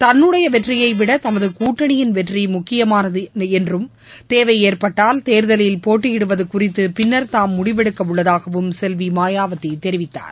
தன்னுடைய வெற்றியை விட தமது கூட்டணியின் வெற்றி முக்கியமானது என்றும் தேவை ஏற்பட்டால் தேர்தலில் போட்டியிடுவது குறித்து பின்னர் தாம் முடிவெடுக்கவுள்ளதாகவும் செல்வி மாயாவதி தெரிவித்தார்